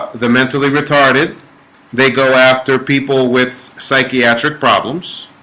the mentally retarded they go after people with psychiatric problems